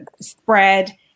spread